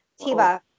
Tiba